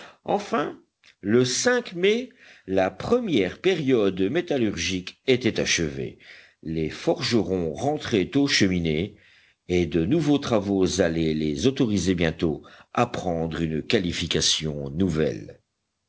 enfin le mai la première période métallurgique était achevée les forgerons rentraient aux cheminées et de nouveaux travaux allaient les autoriser bientôt à prendre une qualification nouvelle